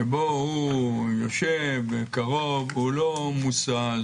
שבו הוא יושב קרוב והוא לא מוסע,